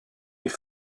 est